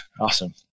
Awesome